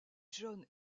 john